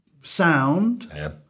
sound